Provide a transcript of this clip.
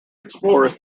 explores